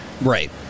Right